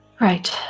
Right